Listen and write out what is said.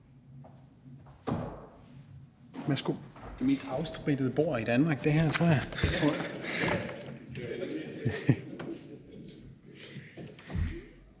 her er det mest afsprittede bord i Danmark, tror jeg!